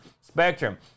Spectrum